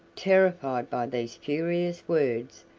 terrified by these furious words,